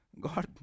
God